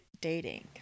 dating